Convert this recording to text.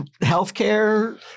healthcare